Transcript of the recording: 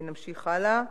נמשיך הלאה.